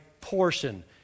portion